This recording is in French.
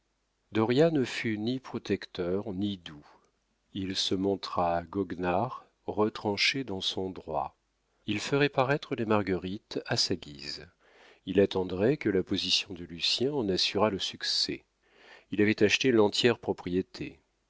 ne fut ni protecteur ni doux il se montra goguenard retranché dans son droit il ferait paraître les marguerites à sa guise il attendrait que la position de lucien en assurât le succès il avait acheté l'entière propriété